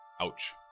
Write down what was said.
Ouch